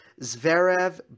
Zverev